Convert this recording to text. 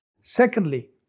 Secondly